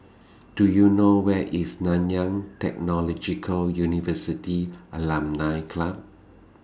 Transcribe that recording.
Do YOU know Where IS Nanyang Technological University Alumni Club